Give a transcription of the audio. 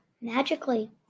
magically